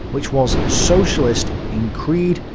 which was socialist in creed,